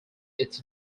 its